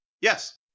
Yes